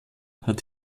hat